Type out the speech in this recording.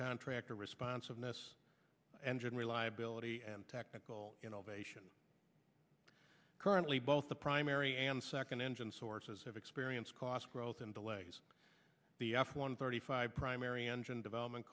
contractor responsiveness engine reliability and technical innovation currently both the primary and second engine sources have experience cost growth and delays b f one thirty five primary engine development